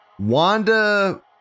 Wanda